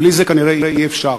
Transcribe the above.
בלי זה כנראה אי-אפשר.